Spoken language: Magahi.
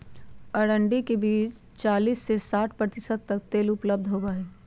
अरंडी के बीज में चालीस से साठ प्रतिशत तक तेल उपलब्ध होबा हई